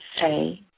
say